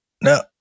No